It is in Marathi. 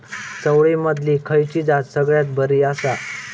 चवळीमधली खयली जात सगळ्यात बरी आसा?